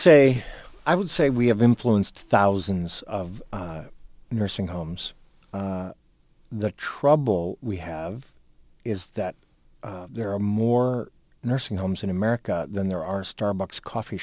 say i would say we have influenced thousands of nursing homes the trouble we have is that there are more nursing homes in america than there are starbucks coffee